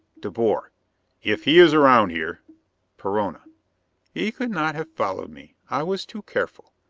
de boer if he is around here perona he could not have followed me i was too careful.